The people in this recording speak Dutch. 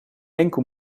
enkel